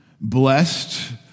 Blessed